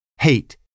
Hate